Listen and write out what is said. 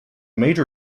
major